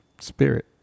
spirit